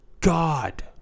God